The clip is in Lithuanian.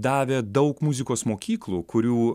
davė daug muzikos mokyklų kurių